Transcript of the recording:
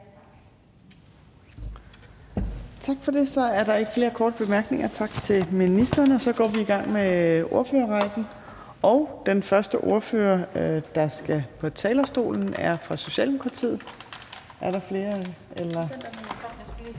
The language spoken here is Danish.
Tak for det. Så er der ikke flere korte bemærkninger til ministeren. Så går vi i gang med ordførerrækken. Den første ordfører, der skal på talerstolen, er fra Socialdemokratiet, og det er hr. Bjørn Brandenborg.